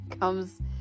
comes